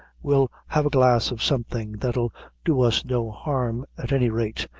we'll have a glass of something that'll do us no harm at any rate,